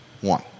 one